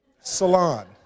salon